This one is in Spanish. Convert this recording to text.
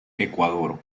ecuador